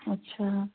अच्छा